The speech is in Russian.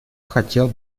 хотел